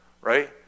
right